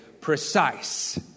precise